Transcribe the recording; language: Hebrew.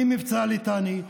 ממבצע ליטני,